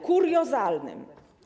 Kuriozalnym.